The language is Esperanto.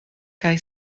kaj